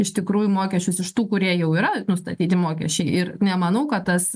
iš tikrųjų mokesčius iš tų kurie jau yra nustatyti mokesčiai ir nemanau kad tas